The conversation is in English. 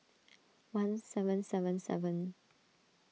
one seven seven seven